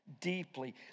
deeply